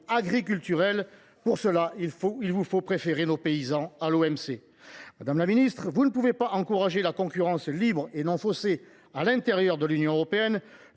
agriculturelle. Il faut donc que vous préfériez nos paysans à l’OMC. Madame la ministre, vous ne pouvez pas encourager la concurrence libre et non faussée à l’intérieur de l’Union européenne